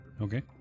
Okay